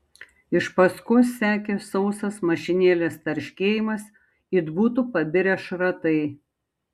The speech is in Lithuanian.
iš paskos sekė sausas mašinėlės tarškėjimas it būtų pabirę šratai